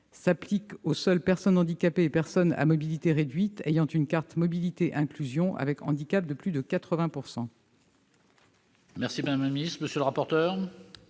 s'appliquera aux seules personnes handicapées et personnes à mobilité réduite titulaires d'une carte mobilité inclusion présentant un handicap de plus de 80 %.